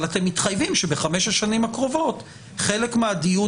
אבל אתם מתחייבים שבחמש השנים הקרובות חלק מהדיון